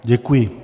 Děkuji.